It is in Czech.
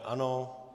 Ano.